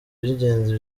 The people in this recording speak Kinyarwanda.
by’ingenzi